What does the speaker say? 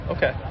Okay